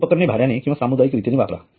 उपकरणे भाड्याने किंवा सामुदायिक रीतीने वापरा